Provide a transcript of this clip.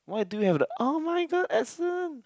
why do you have the [oh]-my-god accent